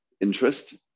interest